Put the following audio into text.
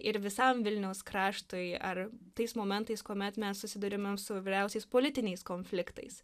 ir visam vilniaus kraštui ar tais momentais kuomet mes susiduriamem su įvairiausiais politiniais konfliktais